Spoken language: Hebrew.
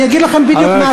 אני אגיד לכם בדיוק מה הקשר.